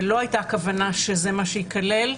ולא היתה כוונה שזה מה שייכלל.